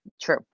True